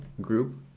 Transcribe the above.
group